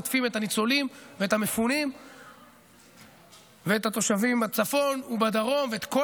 עוטפים את הניצולים ואת המפונים ואת התושבים בצפון ובדרום ואת כל